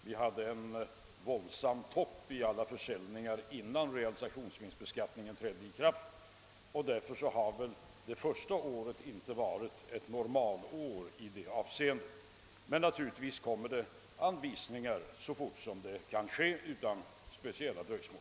Vi hade en våldsam topp i alla försäljningar innan realisationsvinstbeskattningen trädde i kraft. Därför har det första året inte varit ett normalår i detta avseende. Naurligtvis kommer anvisningarna att läggas fram snarast möjligt och utan speciella dröjsmål.